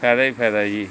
ਫਾਇਦਾ ਹੀ ਫਾਇਦਾ ਜੀ